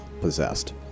possessed